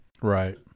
Right